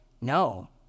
no